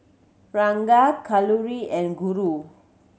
Ranga Kalluri and Guru